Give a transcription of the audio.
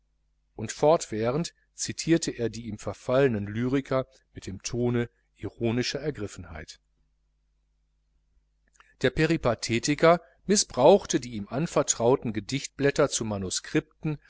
und fortwährend zitierte er die ihm verfallenen lyriker mit dem tone ironischer ergriffenheit der peripathetiker mißbrauchte die ihm anvertrauten gedichtblätter zu manuskripten